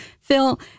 phil